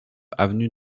avenue